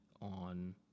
on